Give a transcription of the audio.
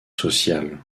sociale